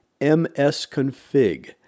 msconfig